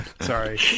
Sorry